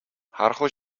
харанхуй